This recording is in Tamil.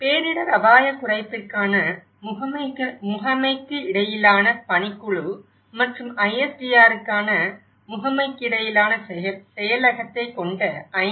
பேரிடர் அபாயக் குறைப்பிற்கான முகமைக்கிடையிலான பணிக்குழு மற்றும் ISDRக்கான முகமைக்கிடையிலான செயலகத்தைக் கொண்ட ஐ